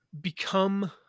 become